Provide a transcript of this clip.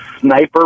sniper